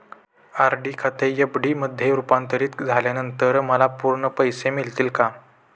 RD खाते FD मध्ये रुपांतरित झाल्यानंतर मला पूर्ण पैसे मिळतील का?